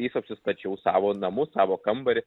jais apsistačiau savo namus savo kambarį